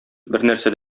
бернәрсә